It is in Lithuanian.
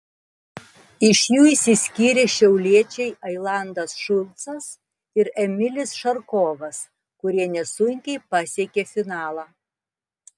iš jų išsiskyrė šiauliečiai ailandas šulcas ir emilis šarkovas kurie nesunkiai pasiekė finalą